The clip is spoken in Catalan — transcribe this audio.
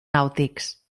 nàutics